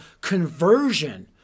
conversion